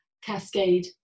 cascade